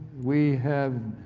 we have